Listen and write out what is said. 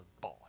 boy